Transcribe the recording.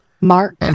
Mark